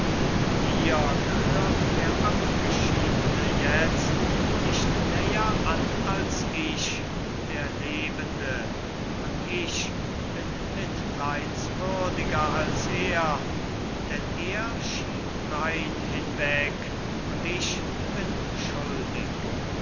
gemordet dir gehört der abgeschiedne jetzt nicht näher an als ich der lebende und ich bin mitleidswürdiger als er denn er schied rein hinweg und ich bin schuldig